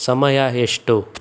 ಸಮಯ ಎಷ್ಟು